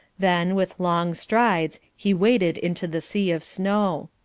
then with long strides he waded into the sea of snow.